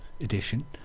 edition